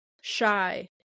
shy